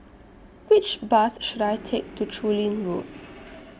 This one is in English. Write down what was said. Which Bus should I Take to Chu Lin Road